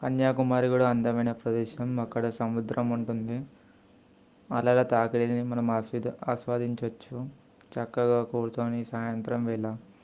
కన్యాకుమారి కూడా అందమైన ప్రదేశం అక్కడ సముద్రం ఉంటుంది అలల తాకిడిని మనం ఆస్వ ఆస్వాదించచ్చు చక్కగా కూర్చుని సాయంత్రం వేళ